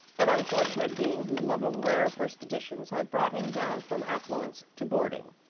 an unfortunate being whose love of rare first editions had brought him down from affluence to boarding.